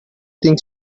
think